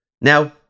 Now